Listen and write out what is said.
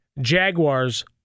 Jaguars